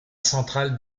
centrale